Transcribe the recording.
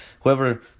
whoever